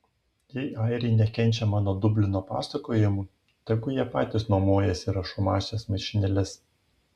jei airiai nekenčia mano dublino pasakojimų tegu jie patys nuomojasi rašomąsias mašinėles